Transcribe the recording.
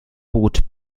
bot